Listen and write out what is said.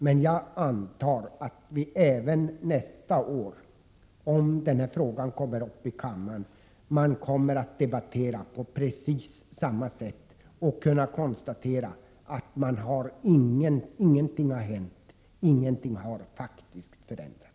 Men jag antar att vi även nästa år, om den här frågan kommer upp i kammaren då, kommer att debattera på precis samma sätt och konstatera att ingenting har hänt, att ingenting faktiskt förändrats.